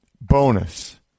bonus